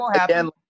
again